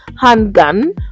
handgun